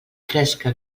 fresca